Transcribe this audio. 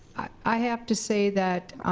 i have to say that,